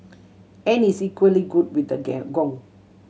and is equally good with the gang gong